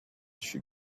she